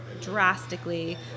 drastically